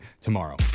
tomorrow